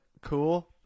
cool